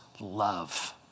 love